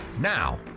Now